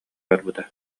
барбыта